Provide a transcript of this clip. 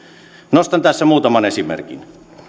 nostan tässä muutaman esimerkin